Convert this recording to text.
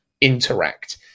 interact